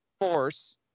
force